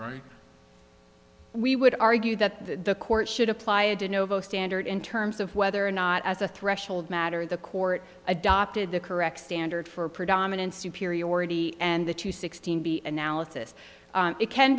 these we would argue that the court should apply it to novo standard in terms of whether or not as a threshold matter the court adopted the correct standard for predominance superiority and the two sixteen b analysis it can